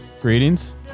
greetings